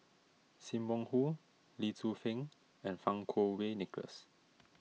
Sim Wong Hoo Lee Tzu Pheng and Fang Kuo Wei Nicholas